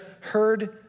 heard